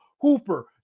hooper